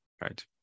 right